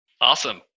Awesome